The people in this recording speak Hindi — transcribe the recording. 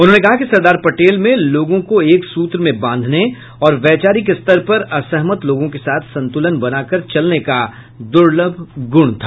उन्होंने कहा कि सरदार पटेल में लोगों को एक सूत्र में बांधने और वैचारिक स्तर पर असहमत लोगों के साथ संतुलन बनाकर चलने का दुर्लभ गुण था